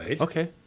Okay